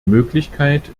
möglichkeit